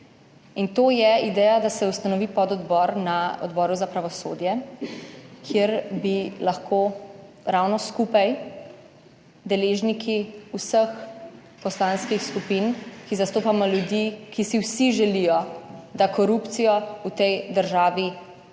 in to je ideja, da se ustanovi pododbor na Odboru za pravosodje, kjer bi lahko skupaj z deležniki vseh poslanskih skupin, ki zastopamo ljudi, ki si vsi želijo, da korupcijo v tej državi vsaj